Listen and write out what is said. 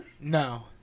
No